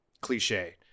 cliche